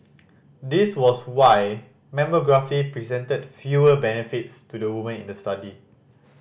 this was why mammography presented fewer benefits to the women in the study